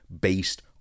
based